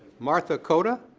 martha koda.